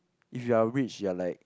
if you are rich you are like